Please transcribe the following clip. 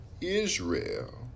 Israel